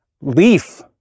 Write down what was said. leaf